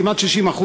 כמעט 60%,